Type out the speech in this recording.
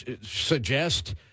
suggest